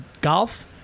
golf